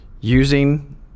using